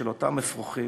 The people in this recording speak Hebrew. את אותם אפרוחים,